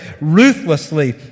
ruthlessly